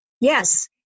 Yes